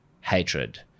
hatred